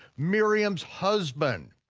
miriam's husband.